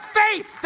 faith